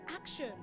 action